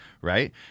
Right